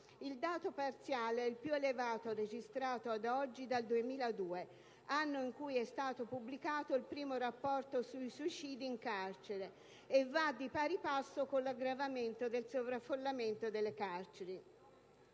Il dato parziale è il più elevato registrato ad oggi dal 2002, anno in cui è stato pubblicato il primo rapporto sui suicidi in carcere, e va di pari passo con l'aggravamento del sovraffollamento delle carceri;